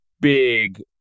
big